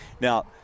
Now